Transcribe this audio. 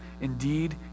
indeed